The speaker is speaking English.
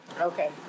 Okay